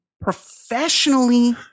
professionally